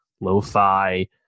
lo-fi